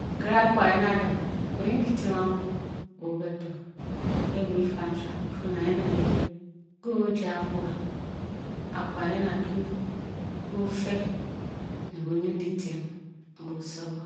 Nkere akpuga nyin a-dim Bunyan-dyitien am bu, bu u be to. Kè byi mu fa nshuamn nang yé nang yé kè o ja akpuga, akpuga, akpuga a yla a- keyie ke ofe ne bunting- ddyitiem mbu osowo